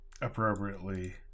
appropriately